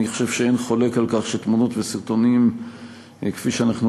אני חושב שאין חולק על כך שהתמונות והסרטונים כפי שאנחנו,